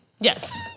Yes